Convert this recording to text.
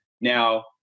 Now